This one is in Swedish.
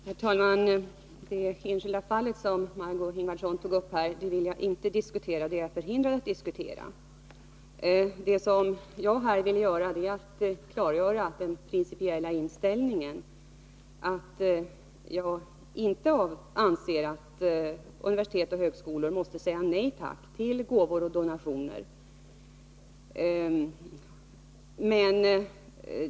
Herr talman! Det enskilda fall som Margö Ingvardsson här tog upp är jag förhindrad att diskutera. Vad jag här vill göra är att klarlägga den principiella inställningen. Jag anser inte att universitet och högskolor måste säga nej tack till gåvor och donationer.